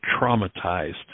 traumatized